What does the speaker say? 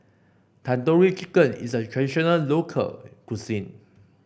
Tandoori Chicken is a traditional local cuisine